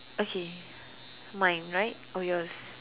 okay mine right or yours